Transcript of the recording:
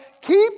keep